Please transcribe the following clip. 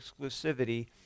exclusivity